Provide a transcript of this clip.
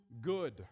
good